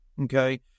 Okay